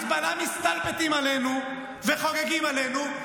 החיזבאללה מסתלבטים עלינו וחוגגים עלינו.